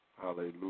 Hallelujah